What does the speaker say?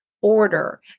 order